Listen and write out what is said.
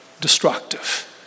destructive